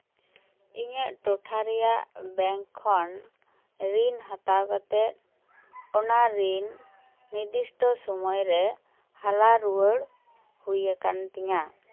ᱤᱧᱟᱹᱜ ᱴᱚᱴᱷᱟ ᱨᱮᱭᱟᱜ ᱵᱮᱝᱠ ᱠᱷᱚᱱ ᱨᱤᱱ ᱦᱟᱛᱟᱣ ᱠᱟᱛᱮᱫ ᱚᱱᱟ ᱨᱤᱱ ᱱᱤᱨᱫᱤᱥᱴᱚ ᱥᱚᱢᱚᱭᱨᱮ ᱦᱟᱞᱟ ᱨᱩᱣᱟᱹᱲ ᱦᱩᱭ ᱟᱠᱟᱱ ᱛᱤᱧᱟ